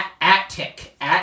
attic